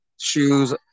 shoes